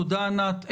תודה, ענת.